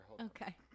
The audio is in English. Okay